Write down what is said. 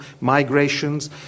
migrations